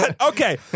Okay